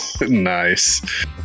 nice